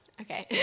okay